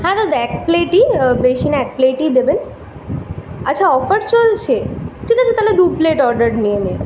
হ্যাঁ দাদা এক প্লেটই বেশি না এক প্লেটই দেবেন আচ্ছা অফার চলছে ঠিক আছে তাহলে দু প্লেট অর্ডার নিয়ে নিন